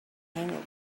hangover